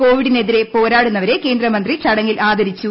കോവിഡിനെതിരെ പോരാടുന്നവരെ കേന്ദ്ര മന്ത്രി ചടങ്ങിൽ ആദരിച്ചു